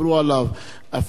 אפילו נפגשנו,